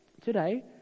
today